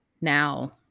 now